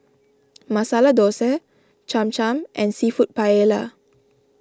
Masala Dosa Cham Cham and Seafood Paella